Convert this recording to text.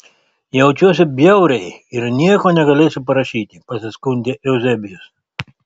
jaučiuosi bjauriai ir nieko negalėsiu parašyti pasiskundė euzebijus